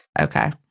Okay